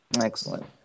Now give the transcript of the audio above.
Excellent